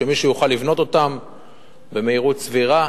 שמישהו יוכל לבנות אותן במהירות סבירה,